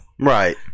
Right